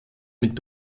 mit